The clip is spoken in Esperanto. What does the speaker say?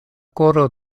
koro